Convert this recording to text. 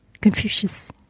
Confucius